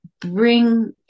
bring